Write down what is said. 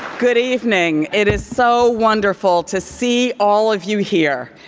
good evening. it is so wonderful to see all of you here.